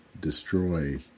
destroy